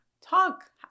talk